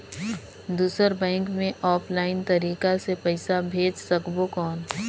दुसर बैंक मे ऑफलाइन तरीका से पइसा भेज सकबो कौन?